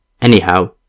Anyhow